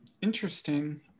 interesting